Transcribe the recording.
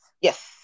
Yes